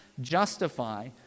justify